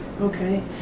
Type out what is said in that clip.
okay